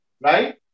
right